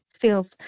Feel